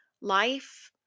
life